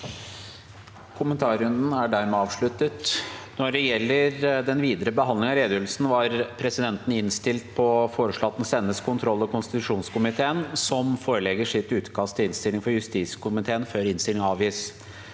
Kommentarrunden er der- med avsluttet. Når det gjelder den videre behandlingen av redegjørelsen, var presidenten innstilt på å foreslå at den sendes kontroll- og konstitusjonskomiteen, som forelegger sitt utkast til innstilling for justiskomiteen før innstilling avgis.